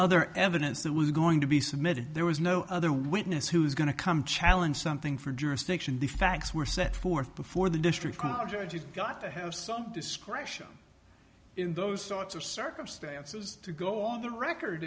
other evidence that was going to be submitted there was no other witness who's going to come challenge something for jurisdiction the facts were set forth before the district project you've got to have some discretion in those sorts of circumstances to go on the record